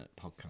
podcast